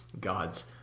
God's